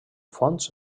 fonts